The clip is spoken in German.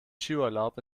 skiurlaub